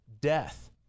death